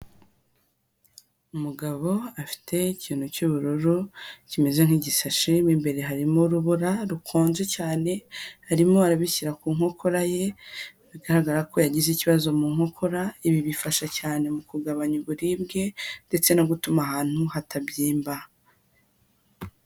Umugabo afite ikintu cy'ubururu, kimeze nk'igisashe, mo imbere harimo urubura rukonje cyane, arimo arabishyira ku nkokora ye, bigaragara ko yagize ikibazo mu nkokora, ibi bifasha cyane mu kugabanya uburibwe, ndetse no gutuma ahantu hatabyimba.